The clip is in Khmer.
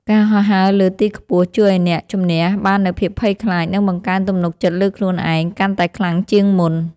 ការហោះហើរលើទីខ្ពស់ជួយឱ្យអ្នកជម្នះបាននូវភាពភ័យខ្លាច និងបង្កើនទំនុកចិត្តលើខ្លួនឯងកាន់តែខ្លាំងជាងមុន។